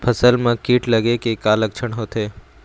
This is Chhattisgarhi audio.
फसल म कीट लगे के का लक्षण होथे?